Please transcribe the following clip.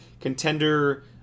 contender